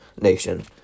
nation